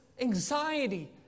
anxiety